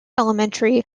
elementary